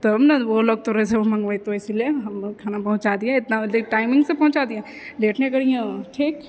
तब नऽ उहो लोग तोरे सऽ मंगबेतौ इसीलिए हमर खाना पहुँचाए दिहे इतना बजे टाइमिंग से पहुँचा दिहे लेट नहि करिहे ठीक